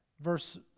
Verse